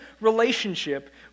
relationship